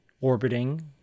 orbiting